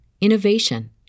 innovation